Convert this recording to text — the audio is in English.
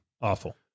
Awful